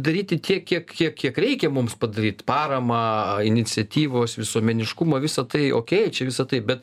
daryti tiek kiek kiek kiek reikia mums padaryt paramą iniciatyvos visuomeniškumą visa tai okei čia visa tai bet